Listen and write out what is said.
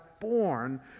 born